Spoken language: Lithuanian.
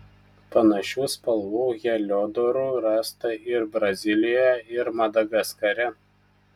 panašių spalvų heliodorų rasta ir brazilijoje ir madagaskare